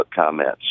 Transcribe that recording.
comments